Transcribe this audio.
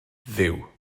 dduw